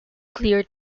cleared